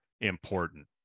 important